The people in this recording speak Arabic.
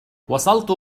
وصلت